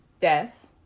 death